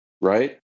right